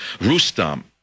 Rustam